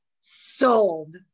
sold